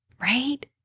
right